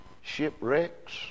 shipwrecks